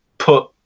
put